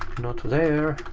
not there.